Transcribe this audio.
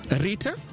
Rita